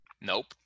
Nope